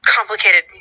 complicated